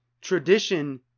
tradition